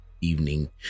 evening